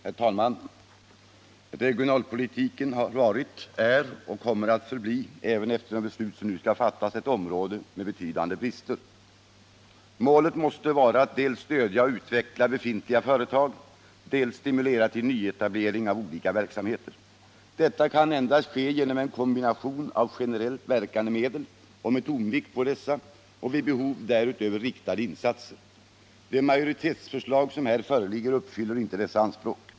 Herr talman! Regionalpolitiken har varit, är och kommer, även efter de beslut som riksdagen nu har att fatta, att förbli ett område med betydande brister. Målet måste vara att dels stödja och utveckla befintliga företag, dels stimulera till nyetablering av olika verksamheter. Detta kan endast ske genom en kombination av generellt verkande medel och med tonvikt på dessa samt vid behov därutöver riktade insatser. De majoritetsförslag som här föreligger uppfyller inte dessa anspråk.